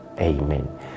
Amen